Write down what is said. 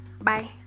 bye